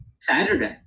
saturday